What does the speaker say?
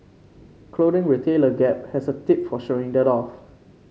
clothing retailer Gap has a tip for showing that off